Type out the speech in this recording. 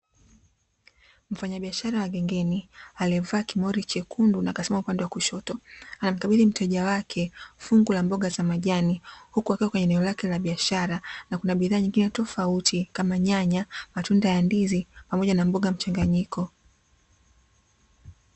Mfanyabiashara wa gengeni aliyevaa kimori chekundu na kasimama upande wa kushoto, anamkabidhi mteja wake fungu la mboga za majani huku akiwa kwenye eneo lake la biashara, na kuna bidhaa nyingine tofauti, kama: nyanya, matunda ya ndizi, pamoja na mboga mchanganyiko.